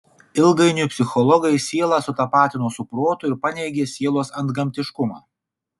ilgainiui psichologai sielą sutapatino su protu ir paneigė sielos antgamtiškumą